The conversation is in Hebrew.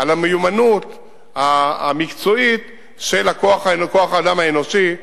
על המיומנות המקצועית של כוח-האדם האנושי,